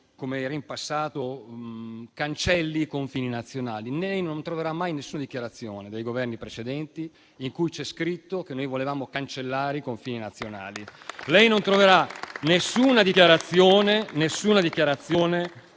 come era in passato, cancellasse i confini nazionali. Non troverà mai nessuna dichiarazione dei Governi precedenti in cui c'è scritto che volevamo cancellare i confini nazionali. Lei non troverà nessuna dichiarazione